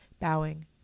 bowing